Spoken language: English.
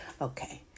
Okay